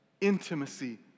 intimacy